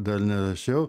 dar nerašiau